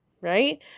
right